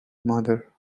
mother